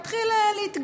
בעצם,